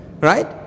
right